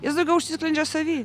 jis daugiau užsisklendžia savy